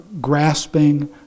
grasping